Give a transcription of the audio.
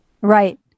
Right